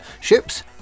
ships